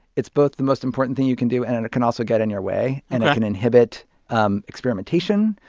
it's both the most important thing you can do and and it can also get in your way. and it can inhibit um experimentation.